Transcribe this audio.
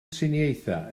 triniaethau